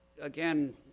Again